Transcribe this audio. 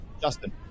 Justin